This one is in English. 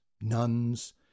nuns